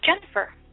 Jennifer